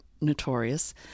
notorious